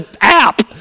app